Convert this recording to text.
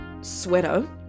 sweater